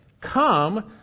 Come